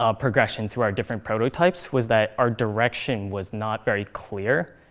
ah progression through our different prototypes, was that our direction was not very clear,